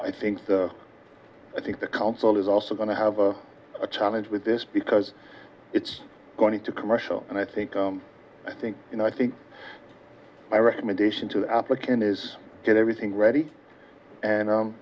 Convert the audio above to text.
i think i think the council is also going to have a challenge with this because it's going to commercial and i think i think you know i think my recommendation to the applicant is get everything ready and